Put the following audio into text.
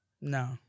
No